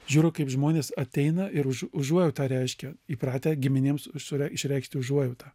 žiūriu kaip žmonės ateina ir už užuojautą reiškia įpratę giminėms sure išreikšti užuojautą